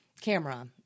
camera